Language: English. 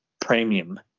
premium